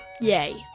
Yay